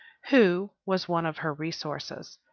who was one of her resources.